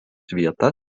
vieta